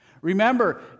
Remember